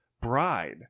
bride